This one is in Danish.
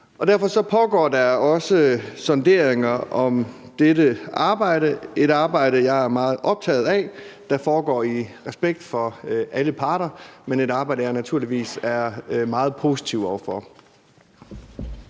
Derfor pågår der også sonderinger om dette arbejde – et arbejde, jeg er meget optaget af, og som foregår i respekt for alle parter, men et arbejde, som jeg naturligvis er meget positiv over for.